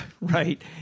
Right